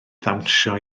ddawnsio